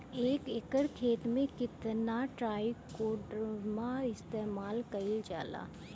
एक एकड़ खेत में कितना ट्राइकोडर्मा इस्तेमाल कईल जाला?